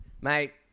mate